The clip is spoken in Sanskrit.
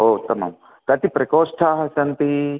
ओ उत्तमम् कति प्रकोष्ठाः सन्ति